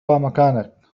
مكانك